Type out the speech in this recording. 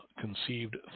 conceived